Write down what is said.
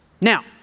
Now